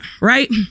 right